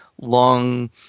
long